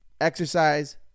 exercise